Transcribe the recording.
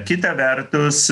kita vertus